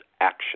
action